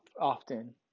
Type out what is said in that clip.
often